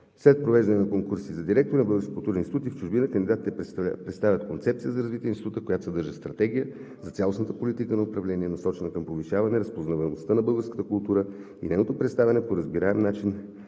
След провеждане на конкурси за директори на български културни институти в чужбина, кандидатите представят концепция за развитие на института, която съдържа стратегия за цялостната политика на управление, насочена към повишаване разпознаваемостта на българската култура и нейното представяне по разбираем начин,